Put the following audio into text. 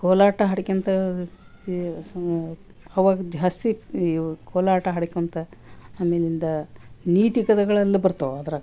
ಕೋಲಾಟ ಹಾಡ್ಕಂತ ಸ ಅವಾಗ ಜಾಸ್ತಿ ಇವು ಕೋಲಾಟ ಹಾಡ್ಕಂತ ಆಮೇಲಿಂದ ನೀತಿ ಕಥೆಗಳೆಲ್ಲ ಬರ್ತವೆ ಅದ್ರಾಗೆ